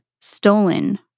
stolen